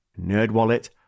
NerdWallet